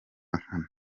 nkana